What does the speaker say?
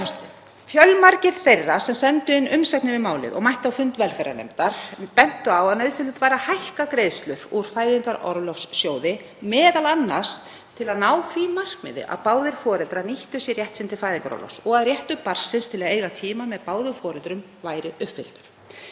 forseti. Fjölmargir þeirra sem sendu inn umsagnir við málið og mættu á fund velferðarnefndar bentu á að nauðsynlegt væri að hækka greiðslur úr Fæðingarorlofssjóði, m.a. til að ná því markmiði að báðir foreldrar nýttu sér rétt sinn til fæðingarorlofs og að réttur barnsins til að eyða tíma með báðum foreldrum væri uppfylltur.